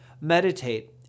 meditate